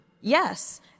Yes